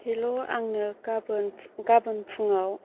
हेल' आंनो गाबोन फुङाव